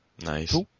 nice